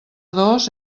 dos